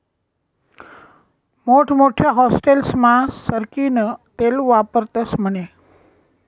मोठमोठ्या हाटेलस्मा सरकीनं तेल वापरतस म्हने